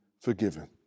forgiven